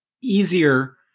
easier